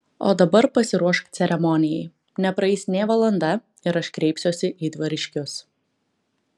o dabar pasiruošk ceremonijai nepraeis nė valanda ir aš kreipsiuosi į dvariškius